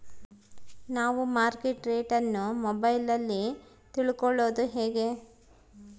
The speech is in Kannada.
ನಾವು ಮಾರ್ಕೆಟ್ ರೇಟ್ ಅನ್ನು ಮೊಬೈಲಲ್ಲಿ ತಿಳ್ಕಳೋದು ಹೇಗೆ?